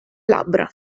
labbra